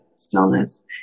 stillness